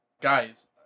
Guys